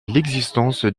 l’existence